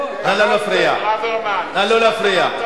נא לא להפריע, חבר הכנסת